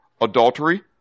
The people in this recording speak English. adultery